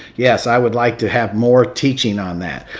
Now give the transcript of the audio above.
yes, i would like to have more teaching on that.